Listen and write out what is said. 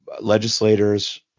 legislators